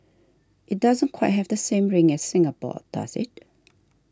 it doesn't quite have the same ring as Singapore does it